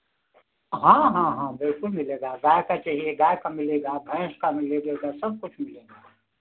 हाँ हाँ हाँ बिलकुल मिलेगा गाय का चाहिए गाय का मिलेगा भैंस का मिलेलेगा सब कुछ मिलेगा